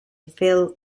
phil